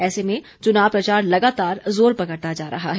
ऐसे में चुनाव प्रचार लगातार जोर पकड़ता जा रहा है